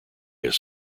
his